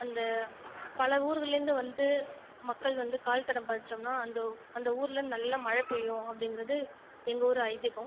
அந்த பல ஊர்கள்லிருந்து வந்து மக்கள் வந்து கால் தடம் பதிச்சோம்ன்னா அந்த அந்த ஊரில் நல்ல மழை பெய்யும் அப்படிங்கிறது எங்க ஊர் ஐதீகம்